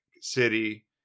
city